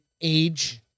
Age